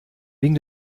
wegen